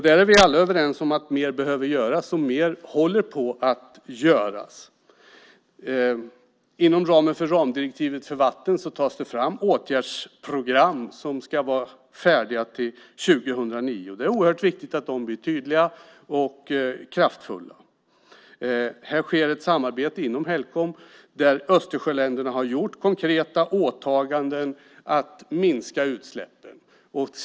Där är vi alla överens om att mer behöver göras, och mer håller på att göras. Inom ramen för ramdirektivet för vatten tas det fram åtgärdsprogram som ska vara färdiga till år 2009. De är viktigt att de blir tydliga och kraftfulla. Här sker ett samarbete inom Helcom. Östersjöländerna har gjort konkreta åtaganden att minska utsläppen.